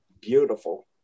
beautiful